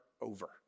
over